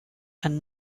and